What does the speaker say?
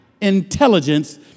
intelligence